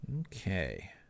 Okay